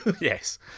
Yes